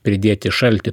pridėti šaltį